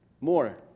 more